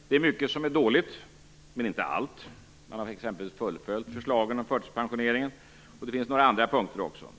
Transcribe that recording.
Det är mycket som är dåligt, men inte allt. Man har t.ex. fullföljt förslagen om förtidspensioneringen, och det finns några andra ljusa punkter också.